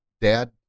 Dad